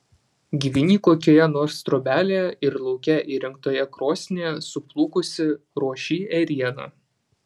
gyveni kokioje nors trobelėje ir lauke įrengtoje krosnyje suplukusi ruoši ėrieną